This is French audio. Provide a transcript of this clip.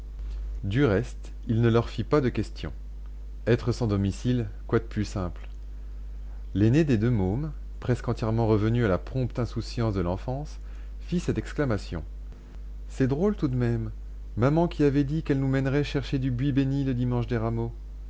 du reste il ne leur fit pas de questions être sans domicile quoi de plus simple l'aîné des deux mômes presque entièrement revenu à la prompte insouciance de l'enfance fit cette exclamation c'est drôle tout de même maman qui avait dit qu'elle nous mènerait chercher du buis bénit le dimanche des rameaux